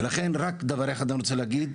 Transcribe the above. לכן, רק דבר אחד אני רוצה להגיד.